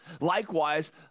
likewise